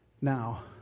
Now